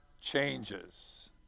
changes